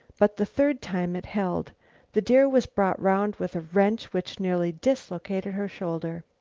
but the third time it held the deer was brought round with a wrench which nearly dislocated her shoulder.